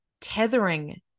tethering